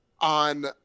on